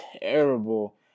terrible